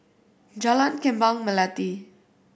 Jalan Kembang Melati